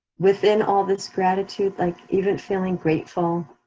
within all this gratitude, like even feeling grateful,